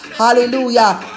hallelujah